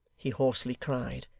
he hoarsely cried,